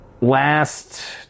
Last